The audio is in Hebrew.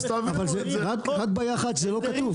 רק בעיה אחת, זה לא כתוב.